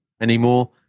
anymore